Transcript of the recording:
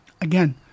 Again